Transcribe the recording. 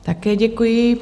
Také děkuji.